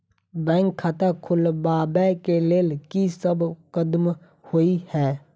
Bank खाता खोलबाबै केँ लेल की सब कदम होइ हय?